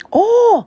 oh